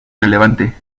relevante